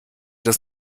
das